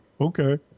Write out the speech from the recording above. Okay